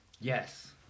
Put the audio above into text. Yes